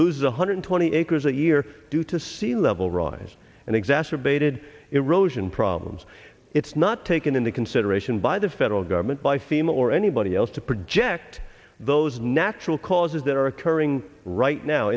loses one hundred twenty acres a year due to sea level rise and exacerbated erosion problems it's not taken into consideration by the federal government by fema or anybody else to project those natural causes that are occurring right now